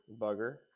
Bugger